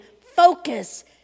focus